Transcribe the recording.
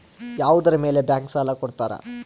ಯಾವುದರ ಮೇಲೆ ಬ್ಯಾಂಕ್ ಸಾಲ ಕೊಡ್ತಾರ?